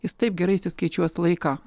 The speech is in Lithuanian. jis taip gerai įsiskaičiuos laiką